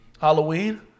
Halloween